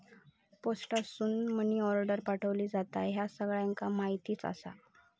पोस्टासून money order पाठवली जाता, ह्या सगळ्यांका माहीतच आसा